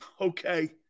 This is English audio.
Okay